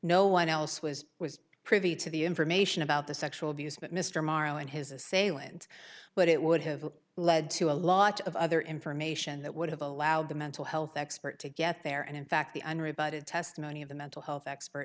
no one else was was privy to the information about the sexual abuse but mr morrow and his assailant but it would have led to a lot of other information that would have allowed the mental health expert to get there and in fact the unrebutted testimony of the mental health expert